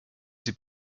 sie